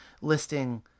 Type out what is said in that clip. listing